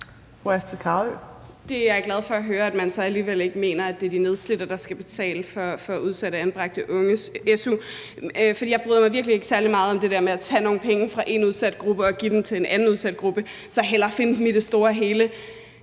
Det er jeg glad for at høre: at man så alligevel ikke mener, at det er de nedslidte, der skal betale for udsatte anbragte unges su. For jeg bryder mig virkelig ikke særlig meget om det der med at tage nogle penge fra en udsat gruppe og give dem til en anden udsat gruppe; så hellere finde dem i det store hele